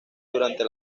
durante